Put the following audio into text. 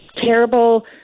terrible